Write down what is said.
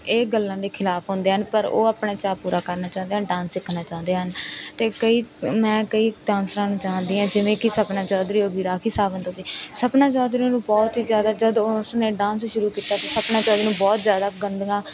ਇਹ ਗੱਲਾਂ ਦੇ ਖਿਲਾਫ ਹੁੰਦੇ ਹਨ ਪਰ ਉਹ ਆਪਣਾ ਚਾਅ ਪੂਰਾ ਕਰਨਾ ਚਾਹੁੰਦੇ ਹਨ ਡਾਂਸ ਸਿੱਖਣਾ ਚਾਹੁੰਦੇ ਹਨ ਅਤੇ ਕਈ ਮੈਂ ਕਈ ਡਾਂਸਰਾਂ ਨੂੰ ਜਾਣਦੀ ਹਾਂ ਜਿਵੇਂ ਕਿ ਸਪਨਾ ਚੌਧਰੀ ਹੋ ਗਈ ਰਾਖੀ ਸਾਵੰਤ ਹੋ ਗਈ ਸਪਨਾ ਚੌਧਰੀ ਨੂੰ ਬਹੁਤ ਹੀ ਜ਼ਿਆਦਾ ਜਦੋਂ ਉਸਨੇ ਡਾਂਸ ਸ਼ੁਰੂ ਕੀਤਾ ਸਪਨਾ ਚੌਧਰੀ ਨੂੰ ਬਹੁਤ ਜ਼ਿਆਦਾ ਗੰਦੀਆਂ